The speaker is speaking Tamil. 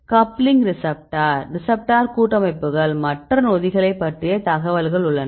கப்லிங் ரிசப்ட்டார் ரிசப்ட்டார் கூட்டமைப்புகள் மற்ற நொதிகளை பற்றிய தகவல்கள் உள்ளன